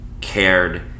cared